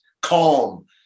calm